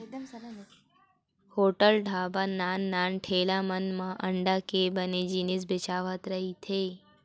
hotel, dhaba, नान नान ठेला मन म अंडा के बने जिनिस बेचावत रहिथे